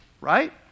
right